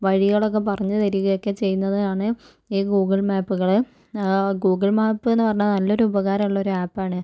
വഴികളൊക്കെ പറഞ്ഞു തരുകയൊക്കെ ചെയ്യുന്നതാണ് ഈ ഗൂഗിള് മാപുകള് ഗൂഗിള് മാപ് എന്നു പറഞ്ഞാല് നല്ലൊരു ഉപകാരമുള്ള അപ്പ് ആണ്